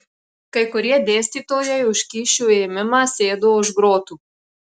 kai kurie dėstytojai už kyšių ėmimą sėdo už grotų